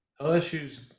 LSU's